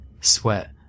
sweat